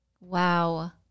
Wow